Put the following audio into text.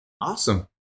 Awesome